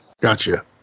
gotcha